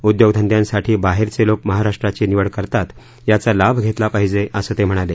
उद्योग धंद्यांसाठी बाहेरचे लोक महाराष्ट्राची निवड करतात याचा लाभ घेतला पाहिजे असं ते म्हणाले